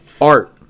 art